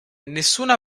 nessuna